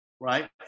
right